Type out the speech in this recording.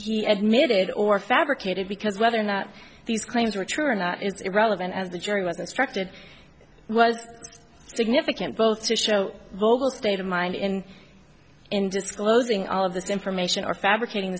he admitted or fabricated because whether or not these claims were true or not is irrelevant as the jury was instructed was significant both to show both state of mind in in disclosing all of this information or fabricating